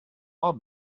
all